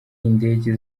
indege